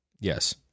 Yes